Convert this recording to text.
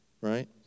right